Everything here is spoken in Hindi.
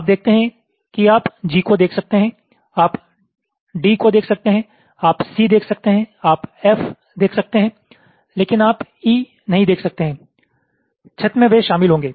आप देखते हैं कि आप G को देख सकते हैं आप D को देख सकते हैं आप C देख सकते हैं आप F देख सकते हैं लेकिन आप E नहीं देख सकते हैं छत में वे शामिल होंगे